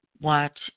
watch